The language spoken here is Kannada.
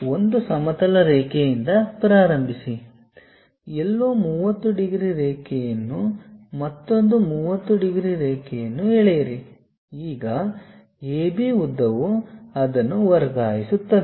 ಆದ್ದರಿಂದ ಒಂದು ಸಮತಲ ರೇಖೆಯಿಂದ ಪ್ರಾರಂಭಿಸಿ ಎಲ್ಲೋ 30 ಡಿಗ್ರಿ ರೇಖೆಯನ್ನು ಮತ್ತೊಂದು 30 ಡಿಗ್ರಿ ರೇಖೆಯನ್ನು ಎಳೆಯಿರಿ ಈಗ AB ಉದ್ದವು ಅದನ್ನು ವರ್ಗಾಯಿಸುತ್ತದೆ